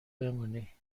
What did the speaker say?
بمونی